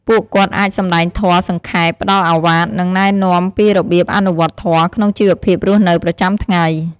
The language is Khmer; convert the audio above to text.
ពួកគាត់អាចសម្ដែងធម៌សង្ខេប ផ្ដល់ឱវាទ និងណែនាំពីរបៀបអនុវត្តធម៌ក្នុងជីវភាពរស់នៅប្រចាំថ្ងៃ។